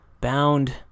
bound